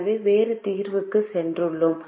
எனவே வேறு தீர்வுக்கு சென்றோம்